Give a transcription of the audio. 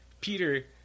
Peter